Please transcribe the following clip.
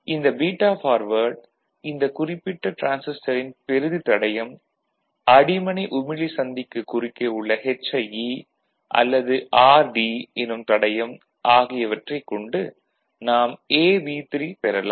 இந்த beta forward இந்தக் குறிப்பிட்ட டிரான்சிஸ்டரின் பெறுதி தடையம் அடிமனை உமிழி சந்திக்குக் குறுக்கே உள்ள hie அல்லது rd எனும் தடையம் ஆகியவற்றைக் கொண்டு நாம் AV3 பெறலாம்